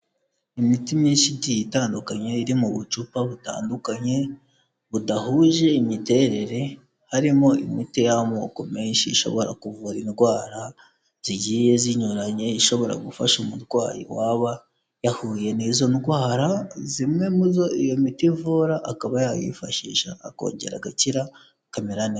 Imiti myinshi igiye itandukanye iri mu bucupa butandukanye, budahuje imiterere harimo imiti y'amoko menshi ishobora kuvura indwara zigiye zinyuranye, ishobora gufasha umurwayi waba yahuye n'izo ndwara zimwe mu zo iyo miti ivura, akaba yayifashisha akongera agakira kamera neza.